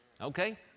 Okay